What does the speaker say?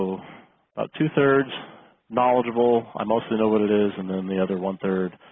about two thirds knowledgeable i mostly know what it is and then the other one-third